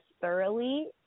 thoroughly